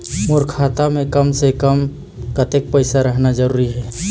मोर खाता मे कम से से कम कतेक पैसा रहना जरूरी हे?